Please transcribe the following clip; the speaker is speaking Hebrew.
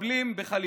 מחבלים בחליפות.